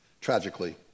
Tragically